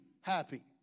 happy